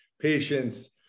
patience